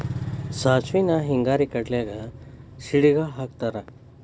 ಸಾಸ್ಮಿನ ಹಿಂಗಾರಿ ಕಡ್ಲ್ಯಾಗ ಸಿಡಿಗಾಳ ಹಾಕತಾರ